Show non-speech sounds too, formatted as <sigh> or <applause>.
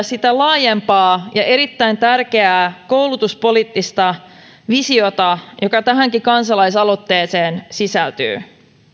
<unintelligible> sitä laajempaa ja erittäin tärkeää koulutuspoliittista visiota joka tähänkin kansalaisaloitteeseen sisältyy